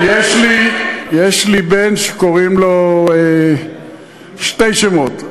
יש לי בן שיש לו שני שמות,